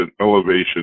elevation